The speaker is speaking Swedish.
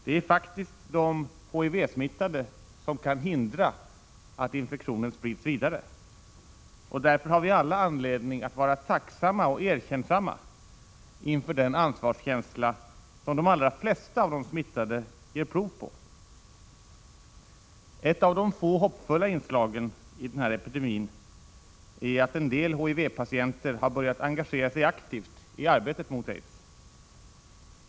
Det är faktiskt de HIV-smittade som kan hindra att infektionen sprids vidare, och därför har vi alla anledning att vara tacksamma och erkännsamma inför den ansvarskänsla som de allra flesta av de smittade ger prov på. Ett av de få hoppfulla inslagen i den här epidemin är att en del HIV-patienter har börjat engagera sig aktivt i arbetet mot aids.